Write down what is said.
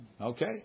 okay